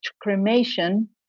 cremation